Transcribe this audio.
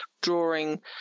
drawing